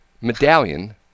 medallion